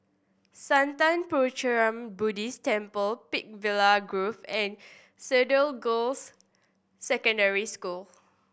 Sattha Puchaniyaram Buddhist Temple Peakville Grove and Cedar Girls' Secondary School